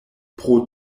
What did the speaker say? pro